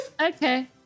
Okay